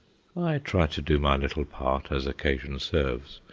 i try to do my little part, as occasion serves,